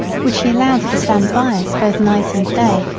which he allowed to stand by us both night and day,